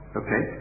okay